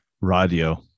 Radio